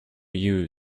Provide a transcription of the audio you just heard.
you